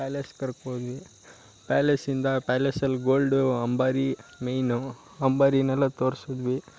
palace ಕರ್ಕೊ ಹೋದ್ವಿ ಪ್ಯಾಲೇಸಿಂದ ಪ್ಯಾಲೇಸಲ್ಲಿ ಗೋಲ್ಡು ಅಂಬಾರಿ ಮೇಯ್ನು ಅಂಬಾರಿನೆಲ್ಲ ತೋರಿಸಿದ್ವಿ